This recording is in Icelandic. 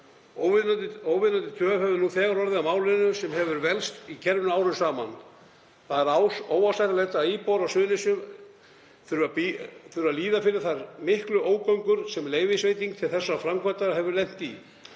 Óviðunandi töf hefur nú þegar orðið á málinu sem hefur velkst í kerfinu árum saman. Það er óásættanlegt að íbúar á Suðurnesjum þurfi að líða fyrir þær miklu ógöngur sem leyfisveiting til þessarar framkvæmdar hefur lent í.